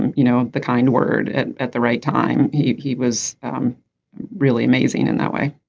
and you know the kind word and at the right time. he he was really amazing in that way